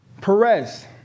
Perez